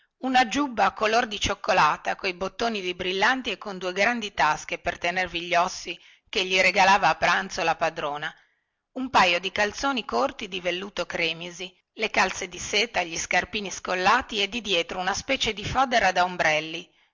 una giubba color di cioccolata coi bottoni di brillanti e con due grandi tasche per tenervi gli ossi che gli regalava a pranzo la padrona un paio di calzoni corti di velluto cremisi le calze di seta gli scarpini scollati e di dietro una specie di fodera da ombrelli